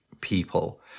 people